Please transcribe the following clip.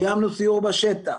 קיימנו סיור בשטח.